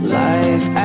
life